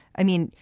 i mean,